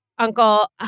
Uncle